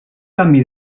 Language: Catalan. canvi